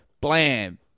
blam